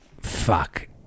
fuck